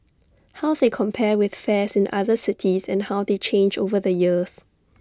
how they compare with fares in other cities and how they change over the years